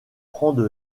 prendre